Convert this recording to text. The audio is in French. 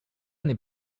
n’est